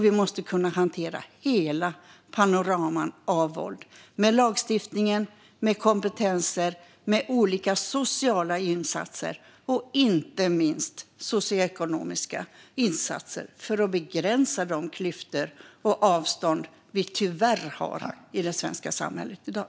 Vi måste kunna hantera hela panoramat av våld med lagstiftning, kompetenser, olika sociala insatser och inte minst socioekonomiska insatser för att begränsa de klyftor och avstånd vi tyvärr har i det svenska samhället i dag.